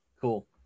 cool